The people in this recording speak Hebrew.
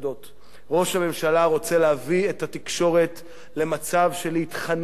ראש הממשלה רוצה להביא את התקשורת למצב של להתחנן על חייה,